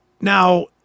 now